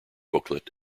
booklet